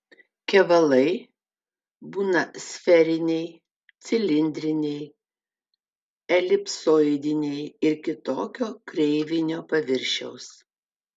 kevalai būna sferiniai cilindriniai elipsoidiniai ir kitokio kreivinio paviršiaus